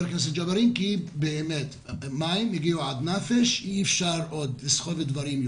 כי במת מים הגיעו עד נפש ואי אפשר עוד לסחוב דברים.